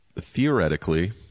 Theoretically